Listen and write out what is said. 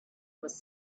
was